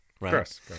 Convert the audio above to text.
right